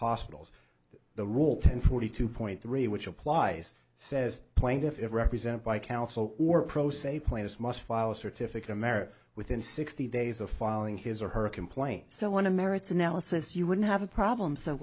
hospitals the rule ten forty two point three which applies says plaintiffs represented by counsel or pro se players must file a certificate america within sixty days of following his or her complaint so want to merits analysis you wouldn't have a problem so